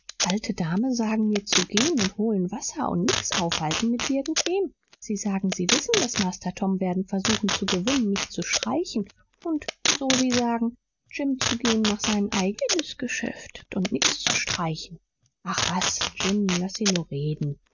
alte dame sagen mir zu gehen und holen wasser und nix aufhalten mit irgendwem sie sagen sie wissen daß master tom werden versuchen zu gewinnen mich zu streichen und so sie sagen jim zu gehen nach sein eigenes geschäft und nix zu streichen ach was jim laß sie nur reden